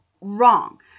wrong